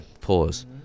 Pause